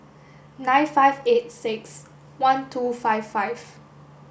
nine five eight six one two five five